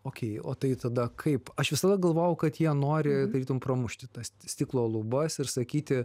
okei o tai tada kaip aš visada galvojau kad jie nori tarytum pramušti tas stiklo lubas ir sakyti